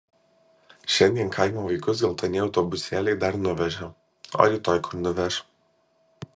šiandien kaimo vaikus geltonieji autobusėliai dar nuveža o rytoj kur nuveš